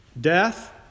death